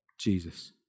Jesus